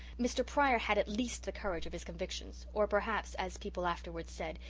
mr. pryor had at least the courage of his convictions or perhaps, as people afterwards said,